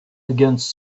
against